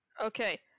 Okay